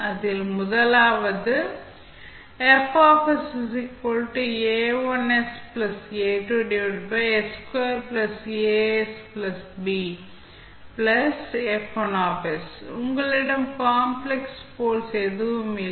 அதில் முதலாவது உங்களிடம் காம்ப்ளக்ஸ் போல்ஸ் எதுவும் இல்லை